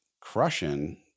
crushing